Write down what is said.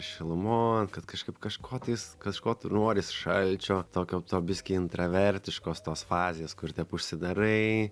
šilumon kad kažkaip kažko tais kažko noris šalčio tokio to biskį intravertiškos tos fazės kur tep užsidarai